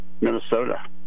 Minnesota